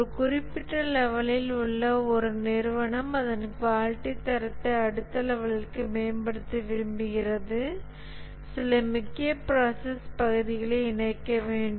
ஒரு குறிப்பிட்ட லெவலில் உள்ள ஒரு நிறுவனம் அதன் குவாலிட்டி தரத்தை அடுத்த லெவல்லிற்கு மேம்படுத்த விரும்புகிறது சில முக்கிய ப்ராசஸ் பகுதிகளை இணைக்க வேண்டும்